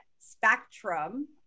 spectrum